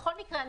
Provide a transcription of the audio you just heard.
בכל מקרה,